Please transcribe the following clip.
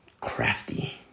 crafty